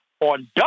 on